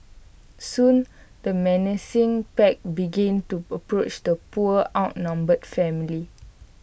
soon the menacing pack begin to approach the poor outnumbered family